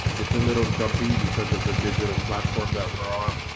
it's a little jumpy because of the digital platform that we're on.